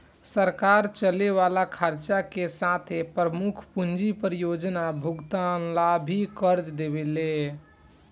सरकार चले वाला खर्चा के साथे प्रमुख पूंजी परियोजना के भुगतान ला भी कर्ज देवेले